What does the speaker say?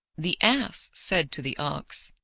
the ass said to the ox,